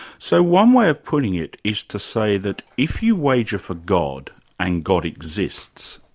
so, one way of putting it is to say that if you wager for god and god exists,